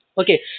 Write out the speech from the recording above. Okay